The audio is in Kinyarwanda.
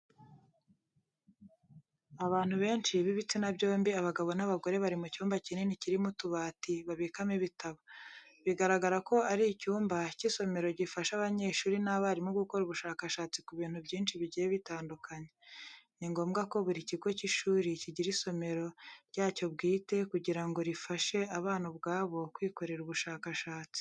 Abantu benshi b'ibitsina byombi abagabo n'abagore, bari mu cyumba kinini kirimo utubati babikamo ibitabo. Bigaragara ko ari icyumba cy'isomero gifasha abanyeshuri n'abarimu gukora ubushakashatsi ku bintu byinshi bigiye bitandukanye. Ni ngombwa ko buri kigo cy'ishuri kigira isomero ryacyo bwite, kugira ngo rifashe abana ubwabo kwikorera ubushakashatsi.